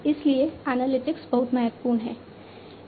इसलिए एनालिटिक्स बहुत महत्वपूर्ण है